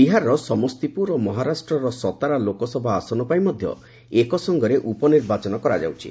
ବିହାରର ସମସ୍ତିପୁର ଓ ମହାରାଷ୍ଟ୍ରର ସତାରା ଲୋକସଭା ଆସନ ପାଇଁ ମଧ୍ୟ ଏକାସାଙ୍ଗରେ ଉପନିର୍ବାଚନ କରାଯାଉଛି